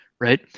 right